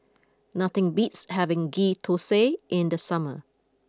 nothing beats having Ghee Thosai in the summer